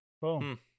Boom